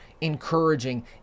encouraging